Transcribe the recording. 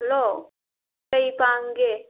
hello ꯀꯩ ꯄꯥꯝꯒꯦ